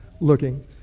looking